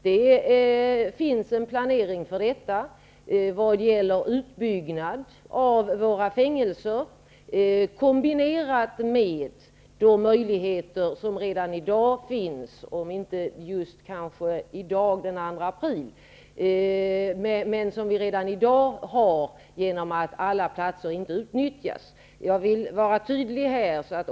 Det finns en planering för detta vad gäller utbyggnad av våra fängelser kombinerat med de möjligheter som redan i dag finns -- om kanske just inte i dag den 2 april -- genom att alla platser inte utnyttjas. Jag vill här vara tydlig.